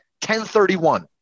10.31